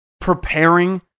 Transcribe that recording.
Preparing